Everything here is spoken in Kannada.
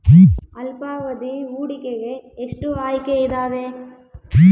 ಅಲ್ಪಾವಧಿ ಹೂಡಿಕೆಗೆ ಎಷ್ಟು ಆಯ್ಕೆ ಇದಾವೇ?